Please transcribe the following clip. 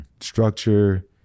Structure